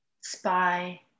spy